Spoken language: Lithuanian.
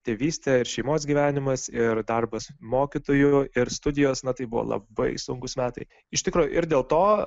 tėvystė ir šeimos gyvenimas ir darbas mokytoju ir studijos na tai buvo labai sunkūs metai iš tikro ir dėl to